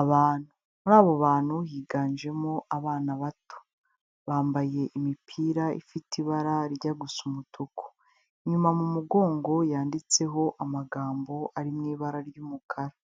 Abantu, muri abo bantu higanjemo abana bato. Bambaye imipira ifite ibara rijya gusa umutuku. Inyuma mu mugongo yanditseho amagambo ari mu ibara ry'umukara